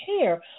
care